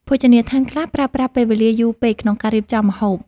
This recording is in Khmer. ភោជនីយដ្ឋានខ្លះប្រើប្រាស់ពេលវេលាយូរពេកក្នុងការរៀបចំម្ហូប។